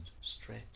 straight